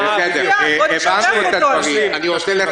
בואו נשבח אותו על זה.